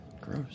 Gross